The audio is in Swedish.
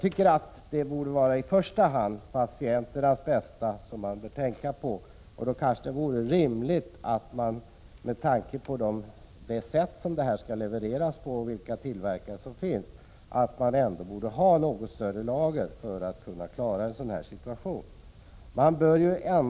Man borde tänka på patienternas bästa i första hand, och det vore därför rimligt, med tanke på det sätt som vaccinet levereras på och vilka tillverkare som finns, att man hade något större lager för att klara en sådan här situation.